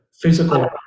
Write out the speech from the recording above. physical